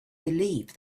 believe